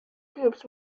groups